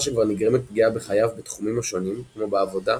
שכבר נגרמת פגיעה בחייו בתחומים השונים כמו בעבודה,